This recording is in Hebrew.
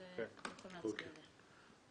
אז יכולים להצביע עליה.